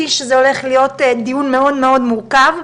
שזה הולך להיות דיון מאוד מאוד מורכב.